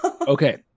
Okay